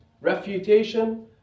Refutation